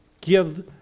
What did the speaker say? give